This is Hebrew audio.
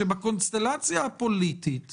שבקונסטלציה הפוליטית